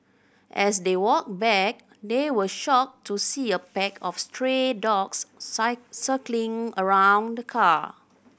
as they walked back they were shocked to see a pack of stray dogs site circling around the car